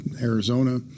Arizona